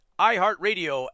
iHeartRadio